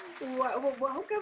welcome